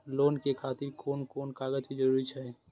Loan के खातिर कोन कोन कागज के जरूरी छै?